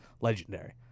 legendary